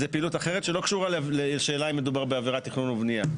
זו פעילות אחרת שלא קשורה לשאלה האם מדובר בעבירת תכנון ובנייה.